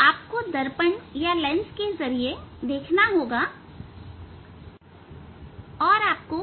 आपको दर्पण या लेंस के जरिए देखना होगा और आपको